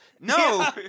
No